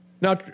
Now